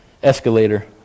Escalator